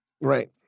Right